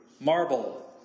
marble